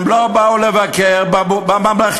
הם לא באו לבקר בממלכתי.